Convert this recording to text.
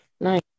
nice